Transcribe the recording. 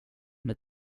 med